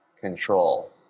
control